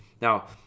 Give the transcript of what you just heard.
Now